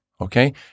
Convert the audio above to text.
okay